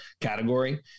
category